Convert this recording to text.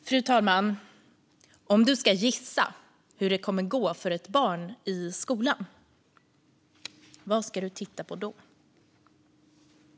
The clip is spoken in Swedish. Fru talman! Om du ska gissa hur det kommer att gå för ett barn i skolan, vad ska du titta på då?